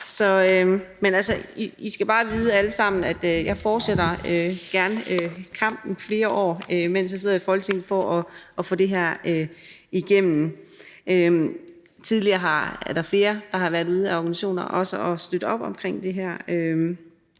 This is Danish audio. er. Men altså, I skal bare vide alle sammen, at jeg gerne fortsætter kampen i flere år, mens jeg sidder i Folketinget, for at få det her igennem. Der er også flere organisationer, der tidligere har været ude at støtte op omkring det her.